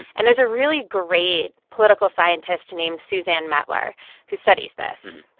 and there's a really great political scientist named suzanne mettler who studies this.